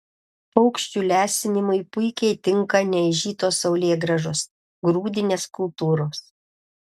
paukščių lesinimui puikiai tinka neaižytos saulėgrąžos grūdinės kultūros